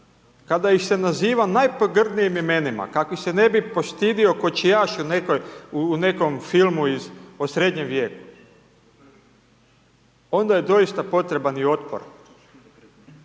kada ih se naziva najpogrdnijim imenima, kakvih se ne bi postidio kočijaš u nekom filmu o srednjem vijeku, onda je doista potreban i otpor